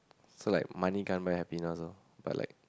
so like money can't buy happy orh but like